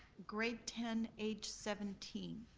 grade ten age seventeen.